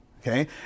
Okay